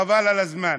חבל על הזמן.